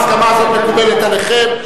ההסכמה הזאת מקובלת עליכם.